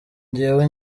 jyewe